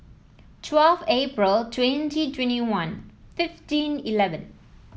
twelve Aprril twenty twenty one fifteen eleven